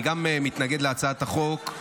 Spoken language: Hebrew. גם אני מתנגד להצעת החוק,